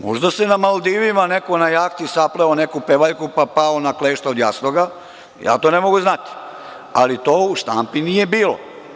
Možda se na Maldivima, na jahti sapleo o neku pevaljku, pa pao na klješta od jastoga, ja to ne mogu znati, ali to u štampi nije bilo.